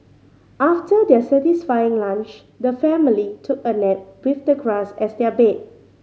after their satisfying lunch the family took a nap with the grass as their bed